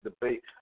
debate